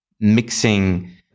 mixing